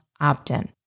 opt-in